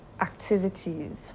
activities